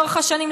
לאורך השנים,